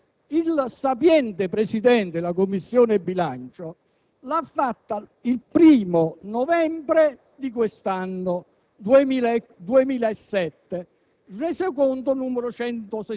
Fu obiettato dal sapiente Presidente della Commissione bilancio che questo emendamento doveva essere ammesso